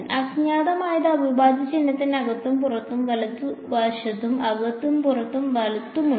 അജ്ഞാതമായത് അവിഭാജ്യ ചിഹ്നത്തിനകത്തും പുറത്തും വലതുവശത്തും അകത്തും പുറത്തും വലത്തുമുണ്ട്